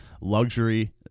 luxury